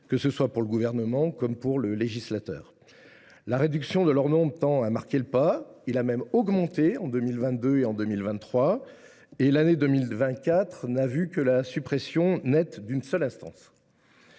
de facilité pour le Gouvernement et pour le législateur. La réduction de leur nombre tend à marquer le pas ; celui ci a même augmenté en 2022 et en 2023, et l’année 2024 n’a vu la suppression nette que d’une seule instance.